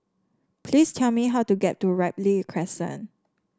please tell me how to get to Ripley Crescent